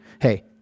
Hey